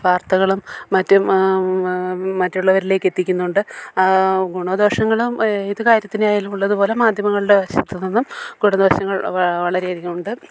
വാർത്തകളും മറ്റും മറ്റുള്ളവരിലേക്ക് എത്തിക്കുന്നുണ്ട് ഗുണദോഷങ്ങളും ഏത് കാര്യത്തിനായാലും ഉള്ളതുപോലെ മാധ്യമങ്ങളുടെ വശത്ത് നിന്നും ഗുണദോഷങ്ങൾ വളരെ അധികം ഉണ്ട്